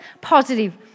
positive